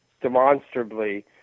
demonstrably